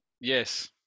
Yes